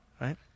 right